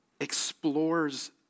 explores